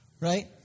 right